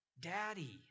daddy